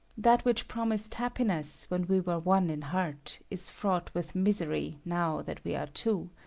that which promised happiness when we were one in heart, is fraught with misery now that we are two.